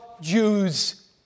Jews